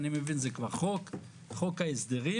אני מבין, זה כבר חוק, חוק ההסדרים.